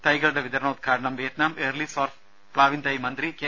തൈകളുടെ വിതരണോദ്ഘാടനം Vietnam early dwarf പ്ലാവിൻ തൈ മന്ത്രി കെ